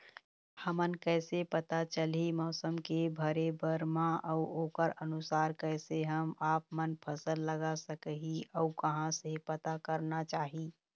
हमन कैसे पता चलही मौसम के भरे बर मा अउ ओकर अनुसार कैसे हम आपमन फसल लगा सकही अउ कहां से पता करना चाही?